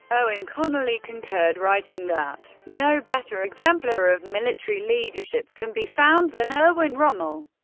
owen connelly concurred, writing that no better exemplar of military leadership can be found than erwin rommel,